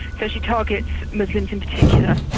so she targets muslims in particular,